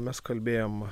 mes kalbėjom